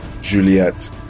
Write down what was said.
Juliet